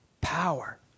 power